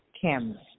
Kim